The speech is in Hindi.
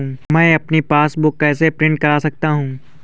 मैं अपनी पासबुक कैसे प्रिंट कर सकता हूँ?